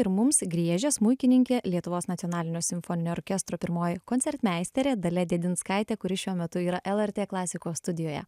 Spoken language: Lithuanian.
ir mums griežė smuikininkė lietuvos nacionalinio simfoninio orkestro pirmoji koncertmeisterė dalia dėdinskaitė kuri šiuo metu yra lrt klasikos studijoje